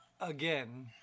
Again